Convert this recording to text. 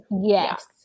Yes